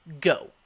Go